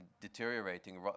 deteriorating